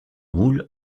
moule